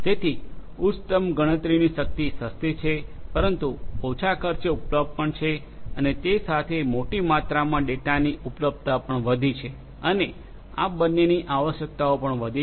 તેથી ઉચ્ચતમ ગણતરીની શક્તિ સસ્તી છે પરંતુ ઓછા ખર્ચે ઉપલબ્ધ પણ છે અને તે સાથે મોટી માત્રામાં ડેટાની ઉપલબ્ધતા પણ વધી છે અને આ બંનેની આવશ્યકતાઓ પણ વધી છે